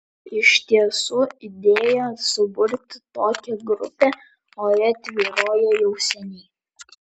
iš tiesų idėja suburti tokią grupę ore tvyrojo jau seniai